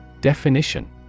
Definition